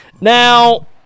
Now